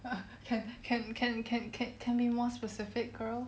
can can can can can can be more specific girl